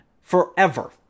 forever